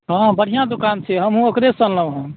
हँ बढ़िआँ दोकान छै हमहुँ ओकरेसंँ अनलहुँ हंँ